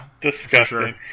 Disgusting